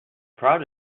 proud